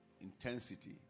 intensity